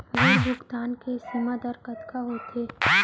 ऋण भुगतान के सीमा दर कतका होथे?